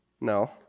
No